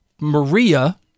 Maria